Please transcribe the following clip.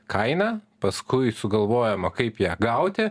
kaina paskui sugalvojama kaip ją gauti